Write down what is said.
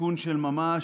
סיכון של ממש